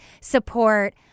support